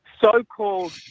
so-called